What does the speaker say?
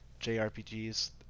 JRPGs